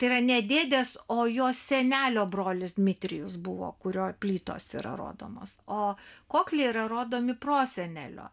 tai yra ne dėdės o jo senelio brolis dmitrijus buvo kurio plytos yra rodomos o kokliai yra rodomi prosenelio